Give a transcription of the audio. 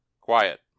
Quiet